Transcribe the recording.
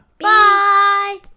Bye